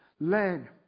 Learn